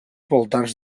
voltants